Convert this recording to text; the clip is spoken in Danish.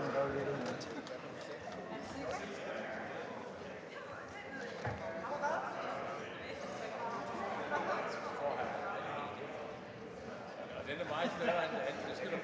jo en meget mere